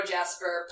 Jasper